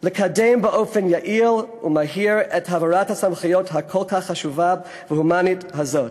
לקדם באופן יעיל ומהיר את העברת הסמכויות הכל-כך חשובה והומנית הזאת.